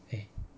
eh